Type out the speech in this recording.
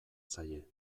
zaie